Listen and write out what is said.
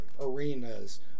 arenas